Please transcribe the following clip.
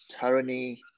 tyranny